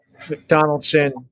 McDonaldson